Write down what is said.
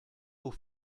aux